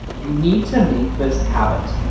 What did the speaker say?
you need to make this habit.